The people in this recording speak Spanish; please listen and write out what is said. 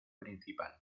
principal